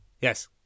yes